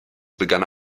begann